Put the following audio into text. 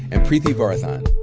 and preeti varathan.